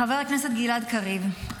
חבר הכנסת גלעד קריב,